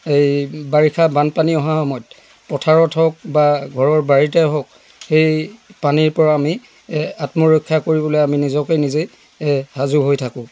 এই বাৰিষা বানপানী অহা সময়ত পথাৰত হওক বা ঘৰৰ বাৰীতে হওক সেই পানীৰ পৰা আমি আত্মৰক্ষা কৰিবলৈ আমি নিজকে নিজে সাজো হৈ থাকোঁ